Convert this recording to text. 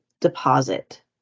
deposit